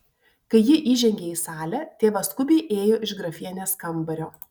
kai ji įžengė į salę tėvas skubiai ėjo iš grafienės kambario